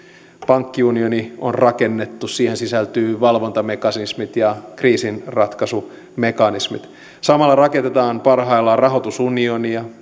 pankkiunioni on rakennettu siihen sisältyvät valvontamekanismit ja kriisinratkaisumekanismit samalla rakennetaan parhaillaan rahoitusunionia